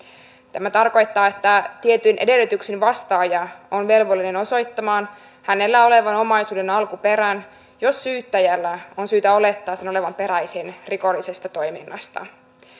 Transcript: tämä tarkoittaa että tietyin edellytyksin vastaaja on velvollinen osoittamaan hänellä olevan omaisuuden alkuperän jos syyttäjällä on syytä olettaa sen olevan peräisin rikollisesta toiminnasta